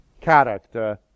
character